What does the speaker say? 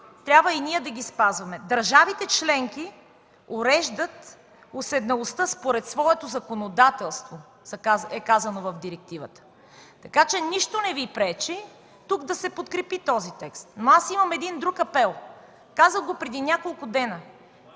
трябва и ние да ги спазваме. Държавите членки уреждат уседналостта според своето законодателство, е казано в директивата, така че нищо не Ви пречи да се подкрепи този текст. Аз обаче имам друг апел, казах го преди няколко дни